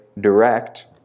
direct